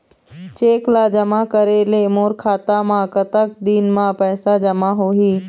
Cheque ला जमा करे ले मोर खाता मा कतक दिन मा पैसा जमा होही?